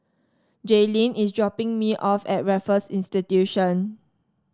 Jaylene is dropping me off at Raffles Institution